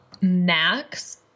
Max